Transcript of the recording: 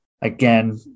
Again